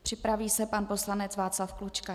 Připraví se pan poslanec Václav Klučka.